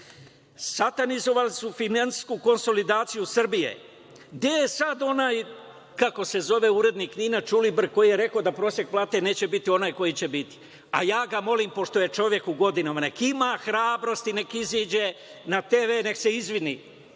Satanizovali su finansijsku konsolidaciju Srbije. Gde je sada onaj urednik NIN-a Ćulibrk, koji je rekao da prosek plate neće biti onaj koji će biti? Ja ga molim, pošto je čovek u godinama, neka ima hrabrosti i neka izađe na TV i neka se izvini,